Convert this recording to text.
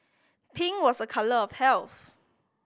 pink was a colour of health